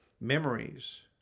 Memories